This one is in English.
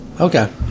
okay